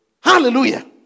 Hallelujah